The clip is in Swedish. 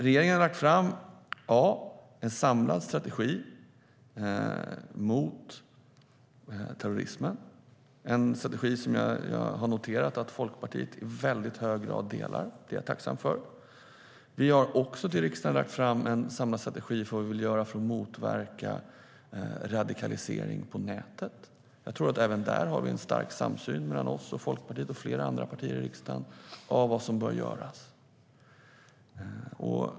Regeringen har lagt fram en samlad strategi mot terrorismen, en strategi som jag har noterat att Folkpartiet i hög grad delar. Det är jag tacksam för. Vi har också till riksdagen lagt fram en samlad strategi för vad vi vill göra för att motverka radikalisering på nätet. Jag tror att även där har vi en stark samsyn mellan oss, Folkpartiet och flera andra partier i riksdagen.